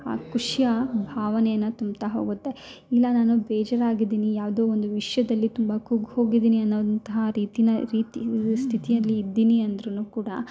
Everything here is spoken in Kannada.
ಆ ಖುಷಿಯ ಭಾವನೆಯನ್ನು ತುಂಬುತ್ತಾ ಹೋಗುತ್ತೆ ಇಲ್ಲ ನಾನು ಬೇಜಾರು ಆಗಿದ್ದೀನಿ ಯಾವುದೋ ಒಂದು ವಿಷಯದಲ್ಲಿ ತುಂಬ ಕುಗ್ಗಿ ಹೋಗಿದ್ದೀನಿ ಅನ್ನೋ ಅಂಥ ರೀತಿನ ರೀತಿ ಸ್ಥಿತಿಯಲ್ಲಿ ಇದ್ದೀನಿ ಅಂದ್ರೂ ಕೂಡ